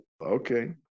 Okay